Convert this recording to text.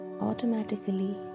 automatically